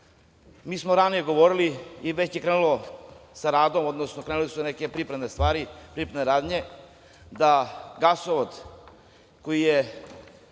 Mi smo ranije govorili i već se krenulo sa radom, odnosno krenule su neke pripremne radnje, da gasovod koji je